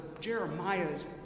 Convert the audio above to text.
Jeremiah's